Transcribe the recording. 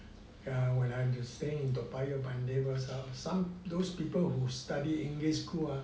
when I'm staying in toa payoh my neighbours ah some those people who study english school ah